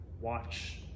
watch